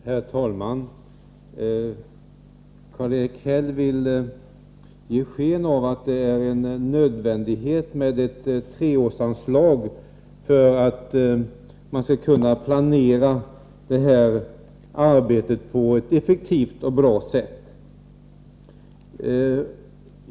Herr talman! Karl-Erik Häll vill ge sken av att det är nödvändigt med ett treårsanslag för att man skall kunna planera arbetet på ett effektivt och bra sätt.